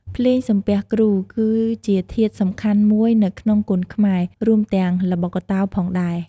ភ្លេងសំពះគ្រូ គឺជាធាតុសំខាន់មួយនៅក្នុងគុនខ្មែរ រួមទាំងល្បុក្កតោផងដែរ។